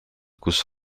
kus